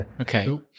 Okay